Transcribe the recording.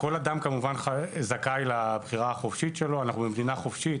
כל אדם זכאי לבחירה החופשית שלו, אנו מדינה חופשית